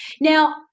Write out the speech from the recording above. Now